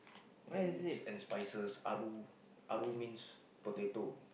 and and spices aloo aloo mean potato